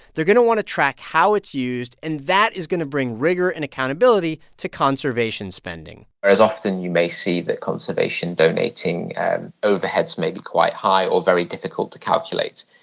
they're going to want to track how it's used, and that is going to bring rigor and accountability to conservation spending as often, you may see that conservation donating overheads may be quite high or very difficult to calculate.